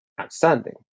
outstanding